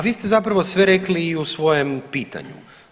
Pa vi ste zapravo sve rekli i u svojem pitanju.